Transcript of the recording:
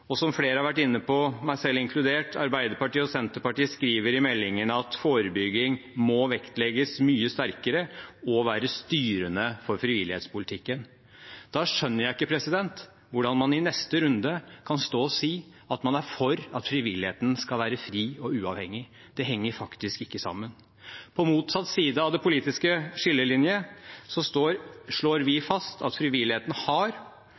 Og som flere har vært inne på, meg selv inkludert: Arbeiderpartiet og Senterpartiet skriver i innstillingen at forebygging må vektlegges mye sterkere og være styrende for frivillighetspolitikken. Da skjønner jeg ikke hvordan man i neste runde kan stå og si at man er for at frivilligheten skal være fri og uavhengig. Det henger faktisk ikke sammen. På motsatt side av den politiske skillelinjen slår vi fast at frivilligheten har